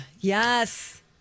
Yes